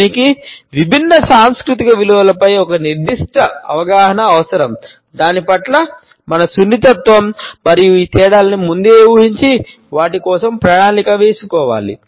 దీనికి విభిన్న సాంస్కృతిక విలువలపై ఒక నిర్దిష్ట అవగాహన అవసరం దాని పట్ల మన సున్నితత్వం మరియు ఈ తేడాలను ముందే ఊహించి వాటి కోసం ప్రణాళిక వేసుకోవాలి